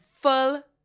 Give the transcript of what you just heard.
full